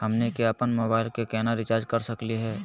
हमनी के अपन मोबाइल के केना रिचार्ज कर सकली हे?